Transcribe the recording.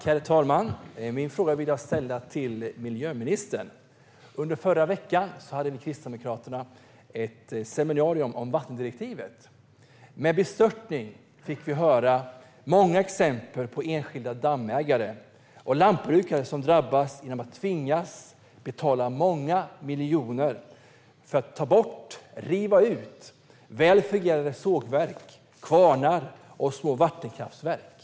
Herr talman! Jag vill ställa min fråga till miljöministern. Under förra veckan hade Kristdemokraterna ett seminarium om vattendirektivet. Med bestörtning fick vi höra många exempel på enskilda dammägare och lantbrukare som drabbas genom att de tvingas betala många miljoner för att ta bort och riva ut väl fungerande sågverk, kvarnar och små vattenkraftverk.